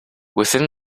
within